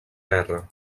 guerra